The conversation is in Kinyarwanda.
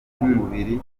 cy’umubiri